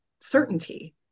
certainty